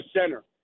center